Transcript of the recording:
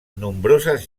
nombroses